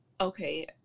Okay